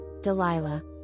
Delilah